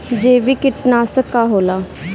जैविक कीटनाशक का होला?